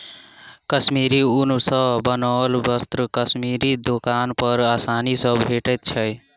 कश्मीरी ऊन सॅ बनाओल वस्त्र कश्मीरी दोकान पर आसानी सॅ भेटैत अछि